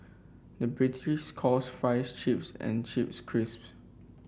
the British calls fries chips and chips crisps